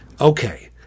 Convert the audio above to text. Okay